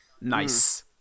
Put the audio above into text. Nice